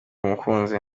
umukunzi